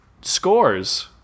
scores